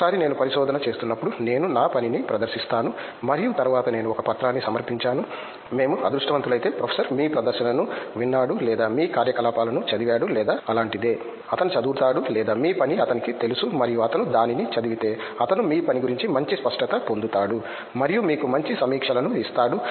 ఒకసారి నేను ఒక పరిశోధనచేస్తున్నపుడు నేను నా పనిని ప్రదర్శిస్తాను మరియు తరువాత నేను ఒక పత్రాన్ని సమర్పించాను మేము అదృష్టవంతులైతే ప్రొఫెసర్ మీ ప్రదర్శనను విన్నాడు లేదా మీ కార్యకలాపాలను చదివాడు లేదా అలాంటిదే అతను చదువుతాడు లేదా మీ పని అతనికి తెలుసు మరియు అతను దానిని చదివితే అతను మీ పని గురించి మంచి స్పష్టత పొందుతాడు మరియు మీకు మంచి సమీక్షలను ఇస్తాడు